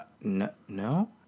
No